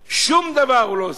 שום דבר הוא לא עושה.